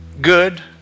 good